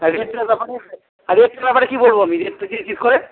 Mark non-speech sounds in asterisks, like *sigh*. হ্যাঁ রেটটার ব্যাপারে হ্যাঁ রেটটার ব্যাপারে কি বলব আমি *unintelligible* জিজ্ঞেস করে